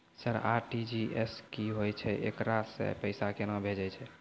Sir RTGS की होय छै, एकरा से पैसा केना भेजै छै?